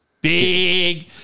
Big